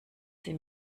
sie